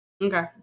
Okay